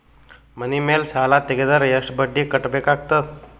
ಮನಿ ಮೇಲ್ ಸಾಲ ತೆಗೆದರ ಎಷ್ಟ ಬಡ್ಡಿ ಕಟ್ಟಬೇಕಾಗತದ?